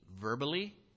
verbally